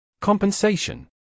Compensation